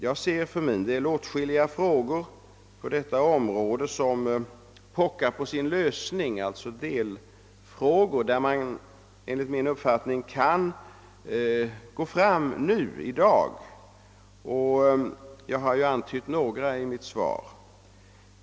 Jag ser för min del på detta område åtskilliga frågor som pockar på sin lösning, och vissa av dem är delfrågor som man enligt min uppfattning kan gripa sig an med redan nu; jag han antytt några av dem i mitt svar.